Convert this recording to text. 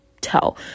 tell